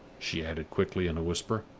she added quickly, in a whisper.